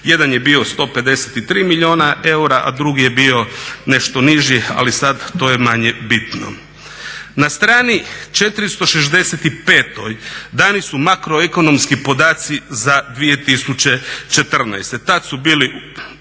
jedan je bio 153 milijuna eura, a drugi je bio nešto niži ali sada to je manje bitno. Na strani 465 dani su makroekonomski podaci za 2014.,